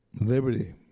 Liberty